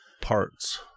Parts